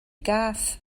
gath